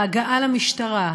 להגעה למשטרה,